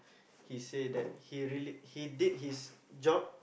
he say that he really he did his job